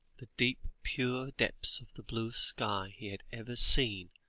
the deep pure depths of the bluest sky he had ever seen,